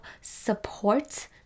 support